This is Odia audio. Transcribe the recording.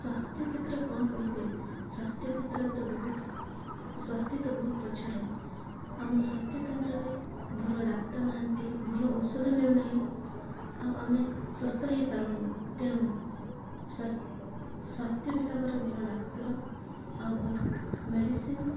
ସ୍ୱାସ୍ଥ୍ୟକ୍ଷେତ୍ର କ'ଣ କହିବେ ସ୍ୱାସ୍ଥ୍ୟକ୍ଷେତ୍ରରେ ତ ବହୁତ ସ୍ୱାସ୍ଥ୍ୟ ତ ବହୁତ ପଛରେ ଆମ ସ୍ୱାସ୍ଥ୍ୟ କେନ୍ଦ୍ରରେ ଭଲ ଡାକ୍ତର ନାହାଁନ୍ତି ଭଲ ଔଷଧ ମିଳୁନାହିଁ ଆଉ ଆମେ ସୁସ୍ଥ ହୋଇପାରୁନୁ ତେଣୁ ସ୍ୱାସ୍ଥ୍ୟ ବିଭାଗର ଭଲ ଡାକ୍ତର ଆଉ ଭଲ ମେଡ଼ିସିନ୍